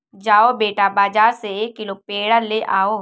जाओ बेटा, बाजार से एक किलो पेड़ा ले आओ